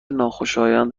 ناخوشایند